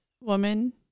woman